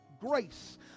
Grace